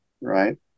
right